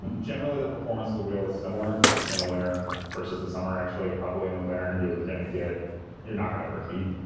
and generally, the performance of the wheel is similar in the winter versus the summer actually probably in the winter, you'll going to get you're not going to overheat,